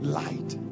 light